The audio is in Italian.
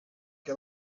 che